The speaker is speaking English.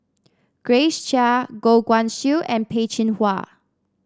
Grace Chia Goh Guan Siew and Peh Chin Hua